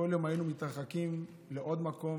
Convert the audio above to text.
בכל יום היינו מתרחקים מעוד מקום,